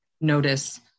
notice